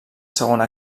segona